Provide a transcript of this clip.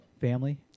family